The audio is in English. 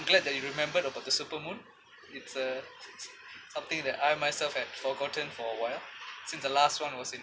glad that you remember about the super moon it's a something that I myself had forgotten for a while since the last one was in